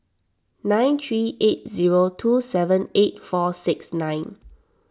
nine three eight zero two seven eight four six nine